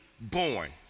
born